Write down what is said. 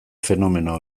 fenomeno